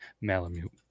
Malamute